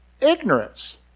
ignorance